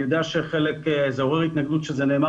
אני יודע שזה עורר התנגדות כשזה נאמר